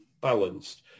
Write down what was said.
balanced